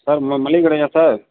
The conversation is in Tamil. சார் ம மளிகை கடையா சார்